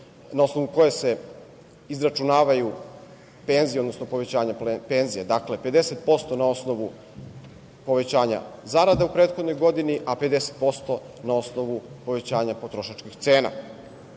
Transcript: na osnovu koje se izračunavaju penzije, odnosno povećanje penzija. Dakle, 50% na osnovu povećanja zarada u prethodnoj godini, a 50% na osnovu povećanja potrošačkih cena.